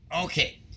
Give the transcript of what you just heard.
Okay